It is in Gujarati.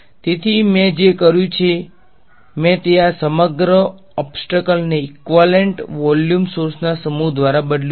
તેથી મેં જે કર્યું છે તે મેં આ સમગ્ર ઓબ્સ્ટ્રકલને ઈકવાલેંટ વોલ્યુમ સોર્સના સમૂહ દ્વારા બદલ્યું છે